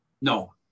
no